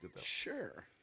Sure